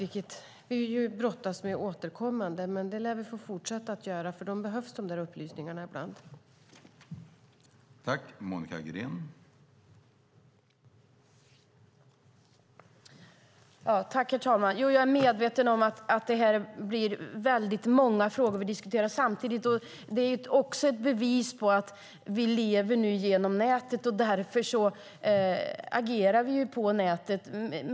Det brottas vi med återkommande. Det lär vi fortsätta att göra, för de upplysningarna behövs ibland.